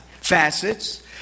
Facets